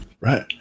right